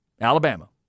Alabama